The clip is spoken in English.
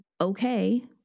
okay